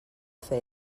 fer